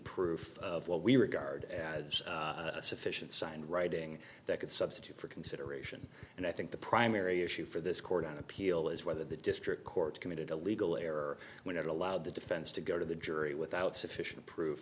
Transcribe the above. proof of what we regard as sufficient signed writing that could substitute for consideration and i think the primary issue for this court on appeal is whether the district court committed a legal error when it allowed the defense to go to the jury without